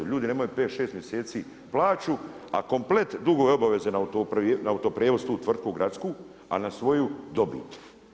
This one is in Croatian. Ljudi nemaju 5, 6 mjeseci plaću, a komplet dugove i obaveze na Autoprijevoz tu tvrtku gradsku, a na svoju dobit.